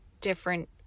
Different